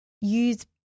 use